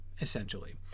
essentially